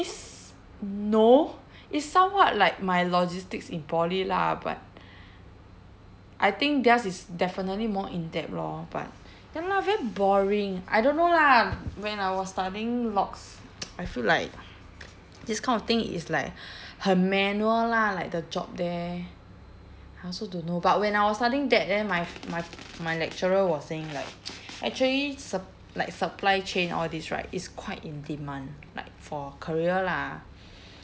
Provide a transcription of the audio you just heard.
it's no it's somewhat like my logistics in poly lah but I think theirs is definitely more in-depth lor but ya lah very boring I don't know lah when I was studying logs I feel like this kind of thing is like 很 manual lah like the job there I also don't know but when I was studying that then my my my lecturer was saying like actually su~ like supply chain all this right is quite in demand like for career lah